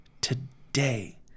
today